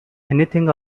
anything